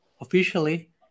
officially